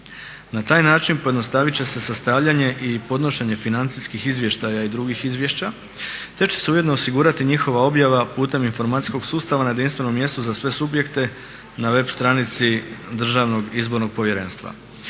Na taj način pojednostavit će se sastavljanje i podnošenje financijskih izvještaja i drugih izvješća te će se ujedno osigurati njihova objava putem informacijskog sustava na jedinstvenom mjestu za sve subjekte na web stranici Državnog izbornog povjerenstva.